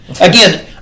Again